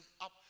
up